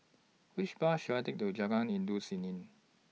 Which Bus should I Take to Jalan Endut Senin